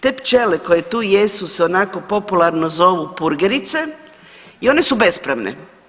Te pčele koje tu jesu se onako popularno zovu purgerice i one su bespravne.